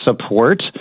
support